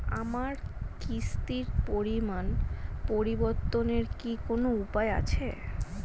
আমার কিস্তির পরিমাণ পরিবর্তনের কি কোনো উপায় আছে?